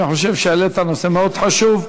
אני חושב שהעלית נושא מאוד חשוב.